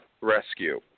Rescue